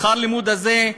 שכר הלימוד הזה,